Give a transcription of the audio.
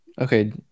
Okay